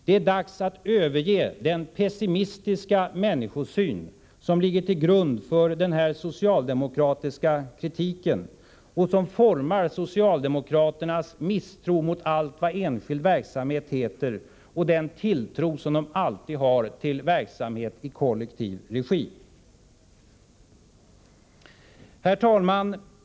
Det är dags att överge den pessimistiska människosyn som ligger till grund för den socialdemokratiska kritiken och som formar socialdemokraternas misstro mot allt vad enskild verksamhet heter och den tilltro som de alltid har till verksamhet i kollektiv regi. Herr talman!